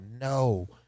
No